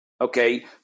Okay